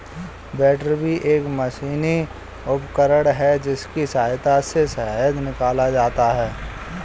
बैटरबी एक मशीनी उपकरण है जिसकी सहायता से शहद निकाला जाता है